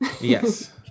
Yes